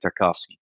Tarkovsky